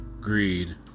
greed